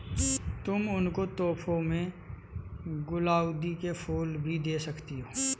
तुम उनको तोहफे में गुलाउदी के फूल भी दे सकती हो